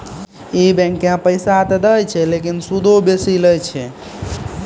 इ बैंकें पैसा त दै छै लेकिन सूदो बेसी लै छै